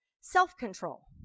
self-control